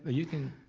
ah you can.